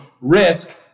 Risk